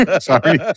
Sorry